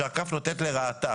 שהכף נוטה לרעתה,